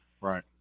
right